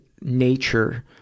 nature